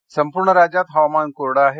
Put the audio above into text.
हवामान संपूर्ण राज्यात हवामान कोरडं आहे